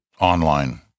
online